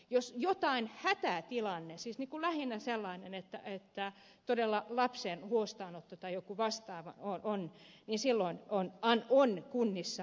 jos jokin hätätilanne niin kuin lähinnä sellainen kuin lapsen huostaanotto tai jokin vastaava on niin silloin on kunnissa annettu